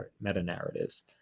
meta-narratives